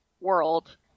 world